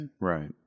Right